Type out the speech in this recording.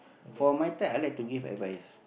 for my turn I like to give advice